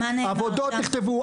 עבודות נכתבו.